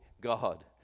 God